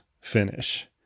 finish